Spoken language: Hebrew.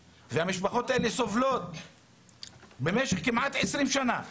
המשפחות האלה סובלות במשך כמעט 20 שנה.